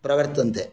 प्रवर्तन्ते